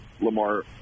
Lamar